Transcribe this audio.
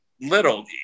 little